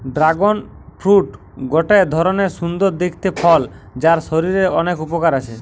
dragon fruit গটে ধরণের সুন্দর দেখতে ফল যার শরীরের অনেক উপকার আছে